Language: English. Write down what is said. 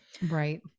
right